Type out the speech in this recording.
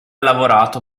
lavorato